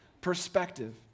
perspective